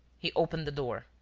he opened the door.